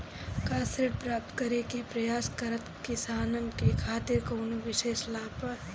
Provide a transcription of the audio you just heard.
का ऋण प्राप्त करे के प्रयास करत किसानन के खातिर कोनो विशेष लाभ बा